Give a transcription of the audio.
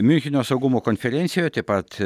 miuncheno saugumo konferencijoje taip pat